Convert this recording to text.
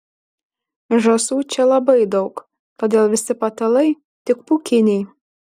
žąsų čia labai daug todėl visi patalai tik pūkiniai